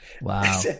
Wow